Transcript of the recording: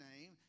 name